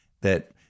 that-